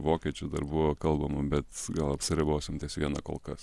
vokiečių dar buvo kalbama bet gal apsiribosim ties viena kol kas